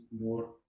more